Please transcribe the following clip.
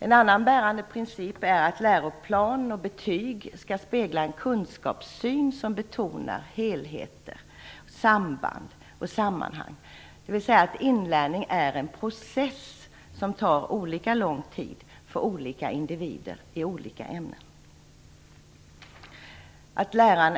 En annan bärande princip är att läroplan och betyg skall spegla en kunskapssyn som betonar helheter, samband och sammanhang, dvs. att inlärning är en process som tar olika lång tid för olika individer i olika ämnen.